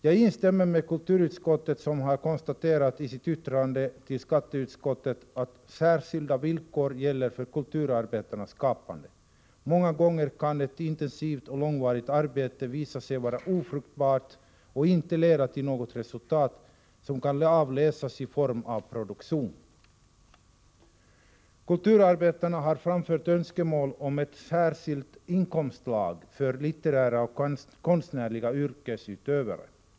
Jag instämmer med kulturutskottet, som har konstaterat i sitt yttrande till skatteutskottet att särskilda villkor gäller för kulturarbetarnas skapande: många gånger kan ett intensivt och långvarigt arbete visa sig vara ofruktbart och inte leda till något resultat som kan avläsas i form av produktion. Kulturarbetarna har framfört önskemål om ett särskilt inkomstslag för litterära och konstnärliga yrkesutövare.